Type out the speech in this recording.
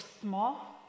small